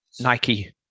Nike